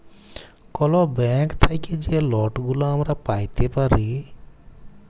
call bank থ্যাইকে যে লটগুলা আমরা প্যাইতে পারি